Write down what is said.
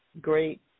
great